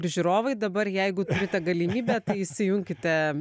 ir žiūrovai dabar jeigu turite galimybę įsijunkite